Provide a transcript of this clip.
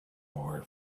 more